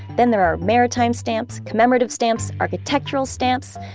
then there are maritime stamps, commemorative stamps, architectural stamps,